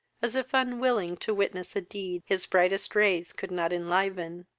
as if unwilling to witness a deed his brightest rays could not enliven.